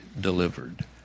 delivered